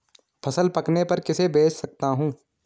फसल पकने पर किसे बेच सकता हूँ?